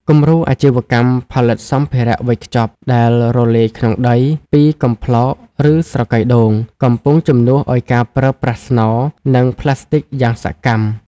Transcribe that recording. គំរូអាជីវកម្មផលិតសម្ភារៈវេចខ្ចប់ដែលរលាយក្នុងដី ពីកំប្លោក ឬស្រកីដូង កំពុងជំនួសឱ្យការប្រើប្រាស់ស្នោ និងប្លាស្ទិកយ៉ាងសកម្ម។